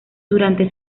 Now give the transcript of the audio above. durante